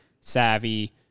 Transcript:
savvy